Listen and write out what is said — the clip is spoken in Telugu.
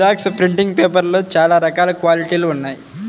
జిరాక్స్ ప్రింటింగ్ పేపర్లలో చాలా రకాల క్వాలిటీలు ఉన్నాయి